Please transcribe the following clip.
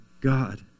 God